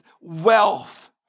Wealth